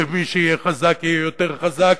שמי שיהיה חזק יהיה יותר חזק,